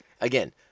Again